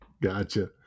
Gotcha